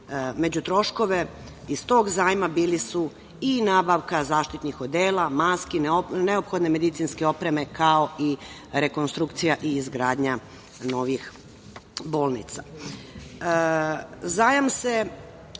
među troškovima iz tog zajma bili su i nabavka zaštitnih odela, maski, neophodne medicinske opreme, kao i rekonstrukcija i izgradnja novih bolnica. Zajam se,